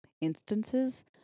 instances